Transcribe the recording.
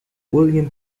william